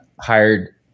hired